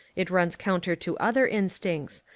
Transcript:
it runs counter to other instincts,